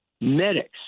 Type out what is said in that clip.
medics